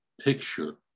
picture